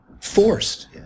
forced